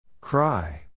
Cry